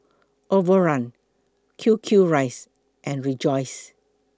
Overrun Q Q Rice and Rejoice